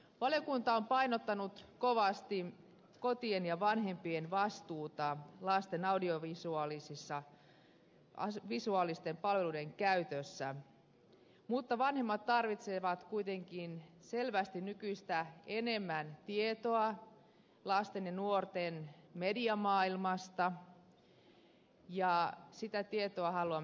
valiokunta on painottanut kovasti kotien ja vanhempien vastuuta lasten audiovisuaalisten palveluiden käytössä mutta vanhemmat tarvitsevat kuitenkin selvästi nykyistä enemmän tietoa lasten ja nuorten mediamaailmasta ja sitä tietoa haluamme antaa